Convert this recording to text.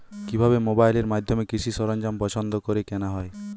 কিভাবে মোবাইলের মাধ্যমে কৃষি সরঞ্জাম পছন্দ করে কেনা হয়?